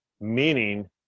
meaning